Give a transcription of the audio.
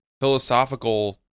philosophical